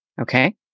Okay